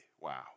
Wow